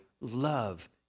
love